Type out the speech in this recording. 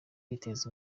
bakiteza